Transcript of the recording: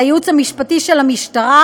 לייעוץ המשפטי של המשטרה,